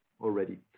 already